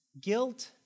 guilt